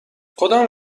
کدام